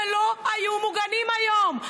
שלא היו מוגנים היום.